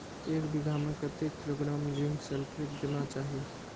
एक बिघा में कतेक किलोग्राम जिंक सल्फेट देना चाही?